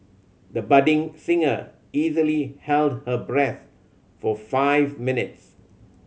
the budding singer easily held her breath for five minutes